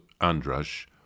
Andras